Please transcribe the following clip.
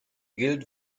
gilt